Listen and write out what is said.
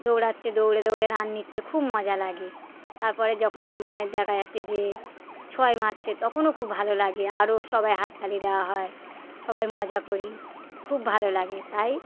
দৌড়াচ্ছে দৌড়ে দৌড়ে রান নিচ্ছে খুব মজা লাগে তারপরে যখন মানে দেখা যাচ্ছে যে ছয় মারছে তখনও খুব ভালো লাগে আরও সবাই হাততালি দেওয়া হয় সবাই মজা করি খুব ভালো লাগে তাই